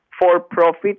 for-profit